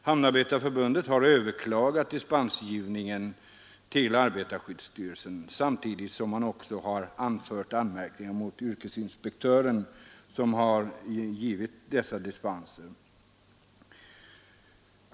Hamnarbetareförbundet har överklagat dispensgivningen till arbetarskyddsstyrelsen samtidigt som man har anfört anmärkningar mot yrkesinspektören, som har givit dessa dispenser.